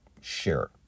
share